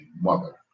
mother